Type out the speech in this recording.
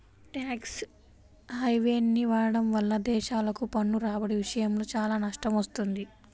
tax హెవెన్ని వాడటం వల్ల దేశాలకు పన్ను రాబడి విషయంలో చాలా నష్టం వస్తుంది